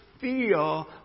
feel